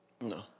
No